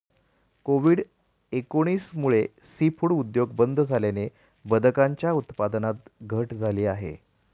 Covid एकोणीस मुळे seafood उद्योग बंद झाल्याने बदकांच्या उत्पादनात घट झाली आहे